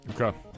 Okay